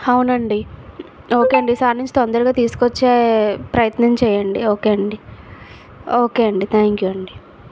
అవునండి ఓకే అండి ఈ సారి నుంచి తొందరగా తీసుకు వచ్చే ప్రయత్నం చేయండి ఓకే అండి ఓకే అండి థ్యాంక్ యూ అండి